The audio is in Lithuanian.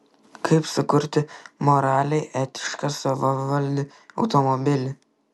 kaip sukurti moraliai etišką savavaldį automobilį